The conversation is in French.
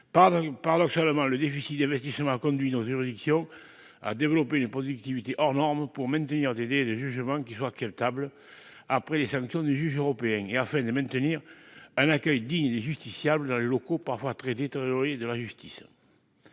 paradoxalement le déficit d'investissement a conduit notre juridiction a développé une productivité hors norme pour maintenir des, des, des jugements qui soit qu'il table après les sanctions des juges européens et afin de maintenir un accueil digne des justiciables locaux parfois très détériorée, de la justice,